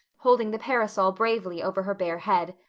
holding the parasol bravely over her bare head.